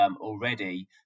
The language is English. already